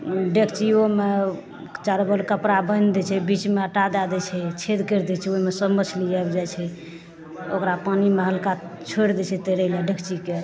ओ डेकचीयोमे चारू बगल कपड़ा बान्हि दै छै बीचमे आटा दए दै छै ओहिमे सब मछली आबि जाइत छै ओकरा पानिमे हल्का छोड़ि दै छै तैरै लए डेकचीके